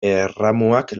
erramuak